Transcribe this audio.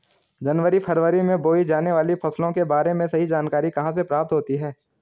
जनवरी फरवरी में बोई जाने वाली फसलों के बारे में सही जानकारी कहाँ से प्राप्त होगी?